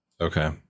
Okay